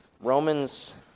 Romans